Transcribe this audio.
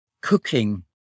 cooking